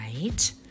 right